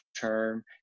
term